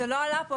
זה לא עלה פה.